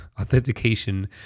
authentication